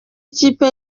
ikipe